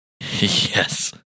Yes